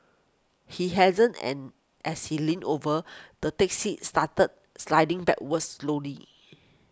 he hadn't and as he leaned over the taxi started sliding backwards slowly